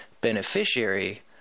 beneficiary